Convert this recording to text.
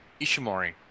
Ishimori